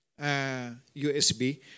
USB